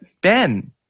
Ben